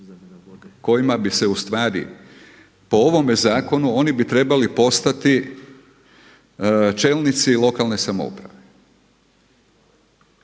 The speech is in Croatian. kojima bi se ustvari po ovome zakonu oni bi trebali postati čelnici lokalne samouprave,